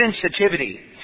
sensitivity